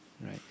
right